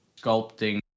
sculpting